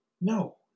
No